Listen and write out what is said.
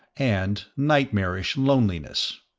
and nightmarish loneliness.